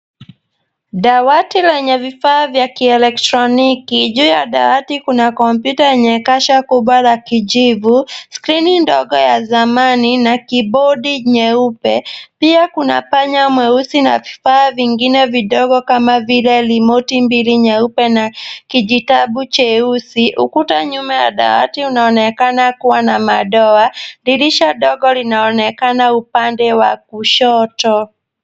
Dawati lenye vifaa vya kielektroniki. Juu ya dawati kuna kompyuta yenye kasha kubwa la kijivu, screen ndogo ya zamani na kibodi nyeupe. Pia kuna panya mweusi na vifaa vingine vidogo kama vile rimoti mbili nyeupe na kijitabu cheusi. Ukuta nyuma ya dawati unaonekana kuwa na madoa. Dirisha dogo linaonekana upande wa kushoto.